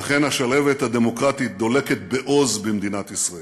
ואכן, השלהבת הדמוקרטית דולקת בעוז במדינת ישראל,